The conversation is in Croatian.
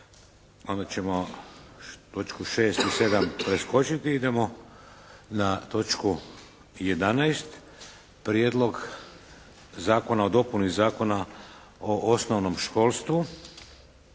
onda ćemo točku 6. i 7. preskočiti i idemo na točku 11.: - Prijedlog zakona o dopuni Zakona o osnovnom školstvu